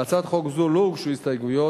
להצעת חוק זו לא הוגשו הסתייגויות.